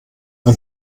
ein